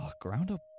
Ground-up